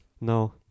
No